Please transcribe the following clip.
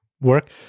work